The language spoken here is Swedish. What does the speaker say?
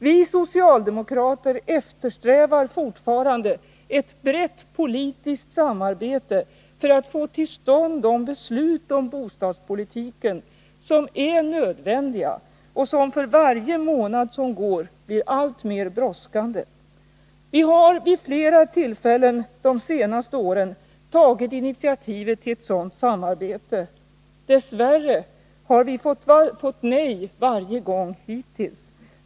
Vi socialdemokrater eftersträvar fortfarande ett brett politiskt samarbete för att få till stånd de beslut om bostadspolitiken som är nödvändiga och som — för varje månad som går — blir alltmer brådskande. Vi har vid flera tillfällen de senaste åren tagit initiativet till ett sådant samarbete. Dess värre har vi fått nej varje gång hittills.